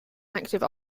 active